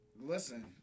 listen